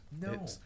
no